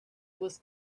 was